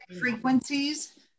frequencies